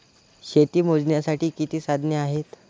शेती मोजण्याची किती साधने आहेत?